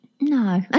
no